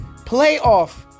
playoff